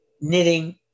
knitting